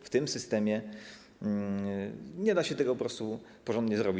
W tym systemie nie da się tego po prostu porządnie zrobić.